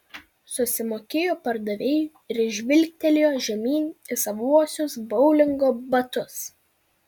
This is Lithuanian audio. susimokėjo pardavėjui ir žvilgtelėjo žemyn į savuosius boulingo batus